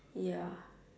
ya